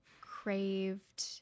craved